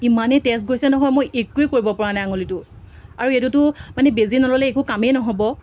ইমানেই তেজ গৈছে নহয় মই একোৱেই কৰিব পৰা নাই আঙুলিটো আৰু এইটোতো মানে বেজি নল'লে একো কামেই নহ'ব